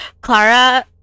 clara